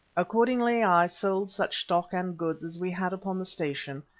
accordingly i sold such stock and goods as we had upon the station,